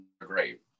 Great